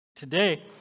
Today